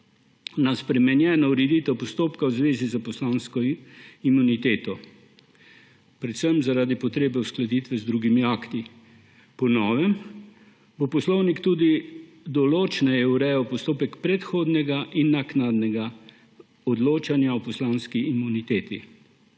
na spremenjeno ureditev postopka v zvezi s poslansko imuniteto, predvsem zaradi potrebe uskladitve z drugimi akti. Po novem bo Poslovnik tudi določneje urejal postopek predhodnega in naknadnega odločanja o poslanski imuniteti.